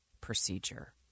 procedure